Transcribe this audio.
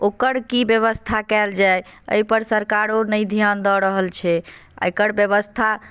ओकर की व्यवस्था कयल जाय एहिपर सरकारो नहि ध्यान दऽ रहल छै आ एकर व्यवस्था